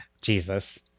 jesus